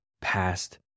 past